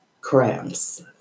cramps